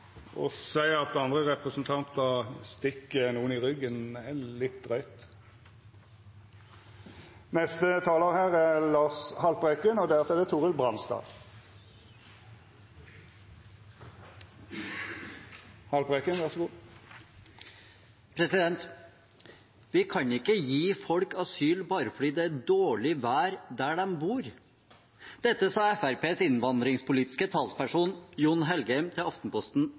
å seia at andre representantar stikk nokon i ryggen, er litt drygt. «Vi kan ikke gi folk asyl bare fordi det er dårlig vær der de bor.» Dette sa Fremskrittspartiets innvandringspolitiske talsperson, Jon Engen-Helgheim, til Aftenposten